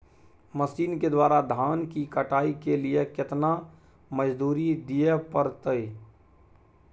Machine के द्वारा धान की कटाइ के लिये केतना मजदूरी दिये परतय?